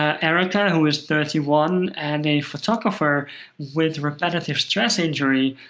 ah erica, who is thirty one and a photographer with repetitive stress injury,